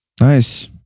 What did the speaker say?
Nice